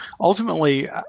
ultimately